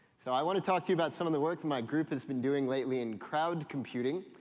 so i want to talk to you about some of the work that my group has been doing lately in crowd computing,